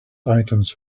items